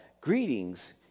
Greetings